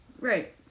Right